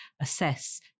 assess